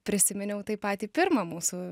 prisiminiau tai patį pirmą mūsų